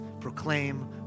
proclaim